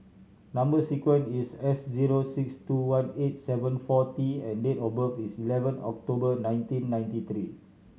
number sequence is S zero six two one eight seven four T and date of birth is eleven October nineteen ninety three